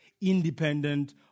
independent